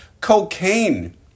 cocaine